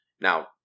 Now